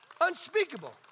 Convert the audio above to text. Unspeakable